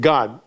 God